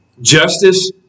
justice